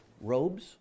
robes